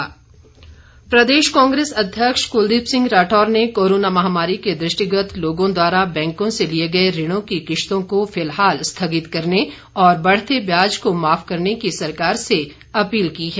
राठौर प्रदेश कांग्रेस अध्यक्ष कुलदीप सिंह राठौर ने कोरोना महामारी के दृष्टिगत लोगों द्वारा बैंकों से लिए गए ऋणों की किश्तों को फिलहाल स्थगित करने और बढ़ते ब्याज को माफ करने की सरकार से अपील की है